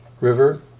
River